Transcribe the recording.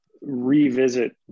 revisit